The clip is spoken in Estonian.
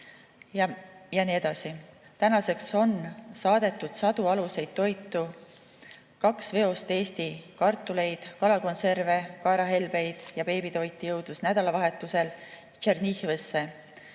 ja [mujalegi]. Tänaseks on saadetud sadu aluseid toitu. Kaks veost Eesti kartuleid, kalakonserve, kaerahelbeid ja beebitoitu jõudis nädalavahetusel Tšernihivisse,